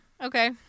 okay